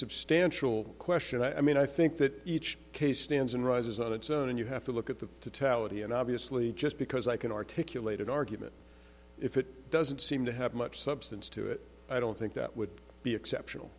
substantial question i mean i think that each case stands and rises on its own and you have to look at the to tell it he and obviously just because i can articulate and argue if it doesn't seem to have much substance to it i don't think that would be exceptional